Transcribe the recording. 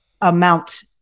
amount